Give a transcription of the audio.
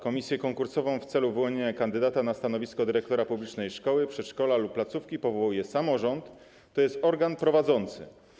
Komisję konkursową w celu wyłonienia kandydata na stanowisko dyrektora publicznej szkoły, przedszkola lub placówki powołuje samorząd, tj. organ prowadzący.